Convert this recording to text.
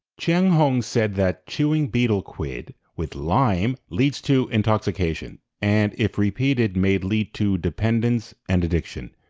chien-hung said that chewing betel quid with lime leads to intoxication and if repeated may lead to dependence and addiction.